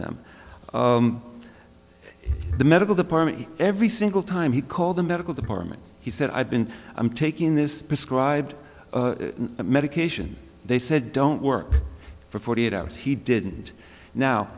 them the medical department every single time he called the medical department he said i've been i'm taking this prescribed medication they said don't work for forty eight hours he didn't now